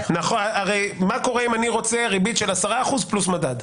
הרי מה קורה אם אני רוצה ריבית של 10% פלוס מדד?